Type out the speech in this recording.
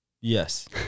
Yes